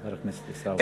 חבר הכנסת עיסאווי.